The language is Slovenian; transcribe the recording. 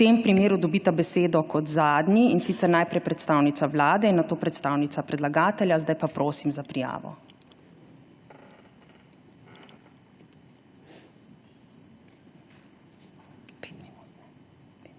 V tem primeru dobita besedo kot zadnji, in sicer najprej predstavnica Vlade in nato predstavnica predlagatelja. Zdaj pa prosim za prijavo. Vsak